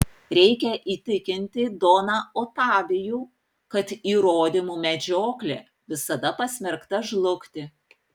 reikia įtikinti doną otavijų kad įrodymų medžioklė visada pasmerkta žlugti